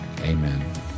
amen